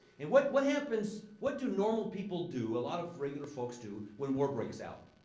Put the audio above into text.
and what what happens what do normal people do a lot of regular folks do when war breaks out?